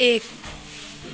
एक